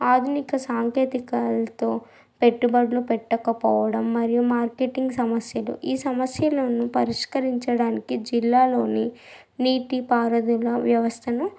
ఆధునిక సాంకేతికలతో పెట్టుబడులు పెట్టకపోవడం మరియు మార్కెట్టింగ్ సమస్యలు ఈ సమస్యలను పరిష్కరించడానికి జిల్లాలోని నీటి పారుదల వ్యవస్థను